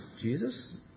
Jesus